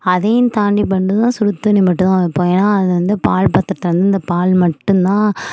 அதையும் தாண்டி வந்து தான் சுடுதண்ணி மட்டுந்தான் வைப்போம் ஏன்னா அது வந்து பால்பாத்திரத்தில் வந்து இந்த பால் மட்டுந்தான்